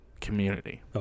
community